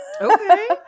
okay